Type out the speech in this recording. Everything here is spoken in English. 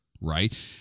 right